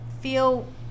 feel